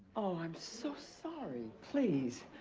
i'm so sorry. please,